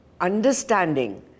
understanding